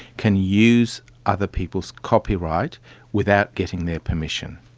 can use other people's copyright without getting their permission.